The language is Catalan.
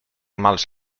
mals